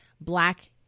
black